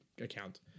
account